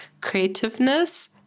creativeness